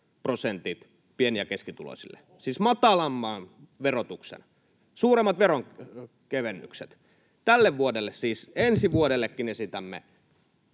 prosentit pieni- ja keskituloisille, siis matalamman verotuksen, suuremmat veronkevennykset tälle vuodelle. Siis ensi vuodellekin esitämme